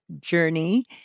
journey